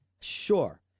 Sure